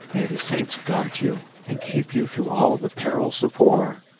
may the saints guard you and keep you through all the perils of war,